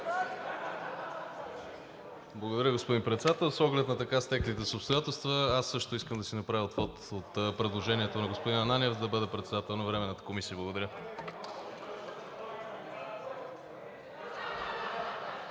Благодаря, господин Председател. С оглед на така стеклите се обстоятелства аз също искам да си направя отвод от предложението на господин Ананиев да бъда председател на Временната комисия. Благодаря.